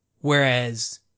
Whereas